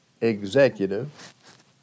executive